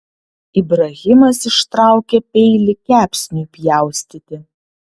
ibrahimas ištraukė peilį kepsniui pjaustyti